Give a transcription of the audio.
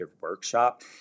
workshop